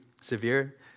severe